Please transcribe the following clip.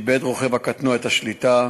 איבד רוכב הקטנוע את השליטה,